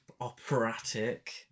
operatic